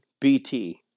BT